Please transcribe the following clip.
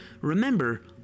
Remember